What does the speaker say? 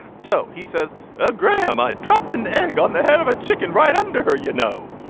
so he says ah grandma dropped an egg on the head of a chicken right under her, you know?